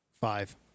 Five